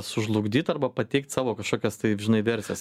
sužlugdyt arba pateikt savo kažkokias taip žinai versijas